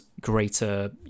greater